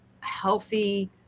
healthy